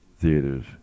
Theater's